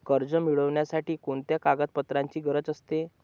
कर्ज मिळविण्यासाठी कोणत्या कागदपत्रांची गरज असते?